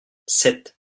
sept